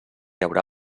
haurà